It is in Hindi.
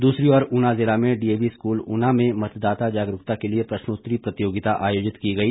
दूसरी ओर ऊना जिला में डीएवी स्कूल ऊना में मतदाता जागरूकता के लिए प्रश्नोतरी प्रतियोगिता आयोजित की गई